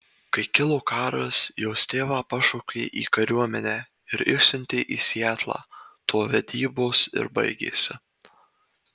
kai kilo karas jos tėvą pašaukė į kariuomenę ir išsiuntė į sietlą tuo vedybos ir baigėsi